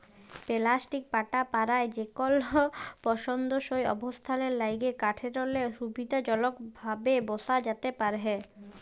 plastic পাটা পারায় যেকল পসন্দসই অবস্থালের ল্যাইগে কাঠেরলে সুবিধাজলকভাবে বসা যাতে পারহে